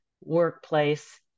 workplace